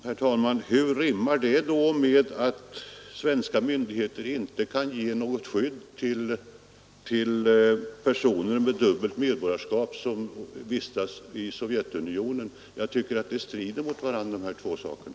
Herr talman! Men hur rimmar det med att svenska myndigheter inte kan ge något skydd till personer med dubbelt medborgarskap som vistas i Sovjetunionen? Jag tycker att de här två sakerna strider mot varandra.